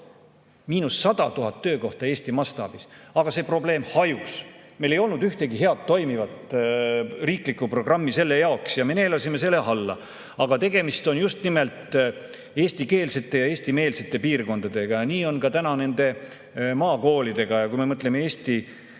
Miinus 100 000 töökohta Eesti mastaabis! Aga see probleem hajus, meil ei olnud selle jaoks ühtegi head, toimivat riiklikku programmi ja me neelasime selle alla. Tegemist on just nimelt eestikeelsete ja eestimeelsete piirkondadega. Nii on ka täna nende maakoolidega. Kui me mõtleme Eesti loole,